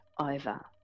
over